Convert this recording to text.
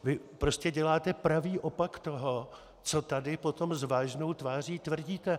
Vy prostě děláte pravý opak toho, co tady potom s vážnou tváří tvrdíte.